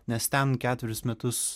nes ten ketverius metus